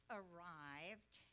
arrived